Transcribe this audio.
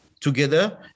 together